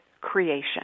creation